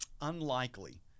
unlikely